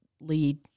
lead